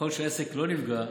ככל שעסק לא נפגע,